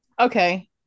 okay